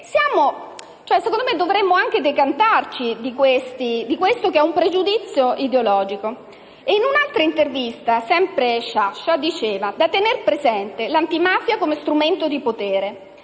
Secondo me, dovremmo anche decantarci di questo, che è un pregiudizio ideologico. In un'altra intervista, sempre Sciascia diceva che bisogna tener presente l'antimafia come strumento di potere,